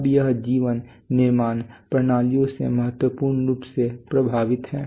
अब यह जीवन निर्माण प्रणालियों से महत्वपूर्ण रूप से प्रभावित है